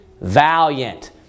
valiant